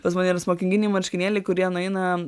pas mane ir smokinginiai marškinėliai kurie nueina